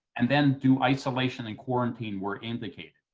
and then do isolation and quarantine where implicated.